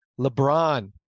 lebron